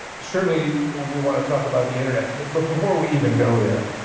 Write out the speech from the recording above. certainly we want to talk about the internet. but but before we even go there,